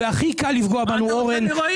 -- מה אתה רוצה מרועי?